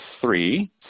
three